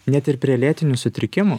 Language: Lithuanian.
net ir prie lėtinių sutrikimų